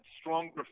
stronger